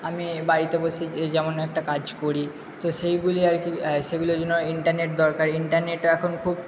আমি বাড়িতে বসেই যেমন একটা কাজ করি তো সেইগুলিই আর কি সেগুলোর জন্য ইন্টারনেট দরকার ইন্টারনেট এখন খুব